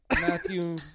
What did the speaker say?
Matthew